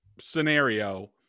scenario